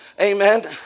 Amen